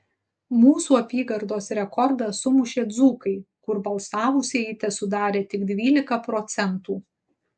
mūsų apygardos rekordą sumušė dzūkai kur balsavusieji tesudarė tik dvylika procentų